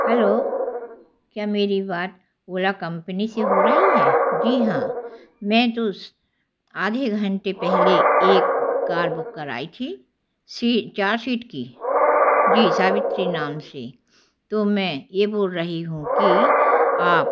hello क्या मेरी बात ओला कम्पनी से हो रही है जी हाँ मैं दुस आधे घंटे पहले एक कार बुक कराई थी सि चार सीट की जी सावित्री नाम से तो मैं ये बोल रही हूँ कि आप